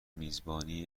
میزبانی